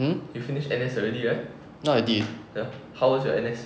hmm ya I did